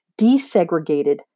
desegregated